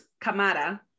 Camara